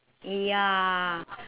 ya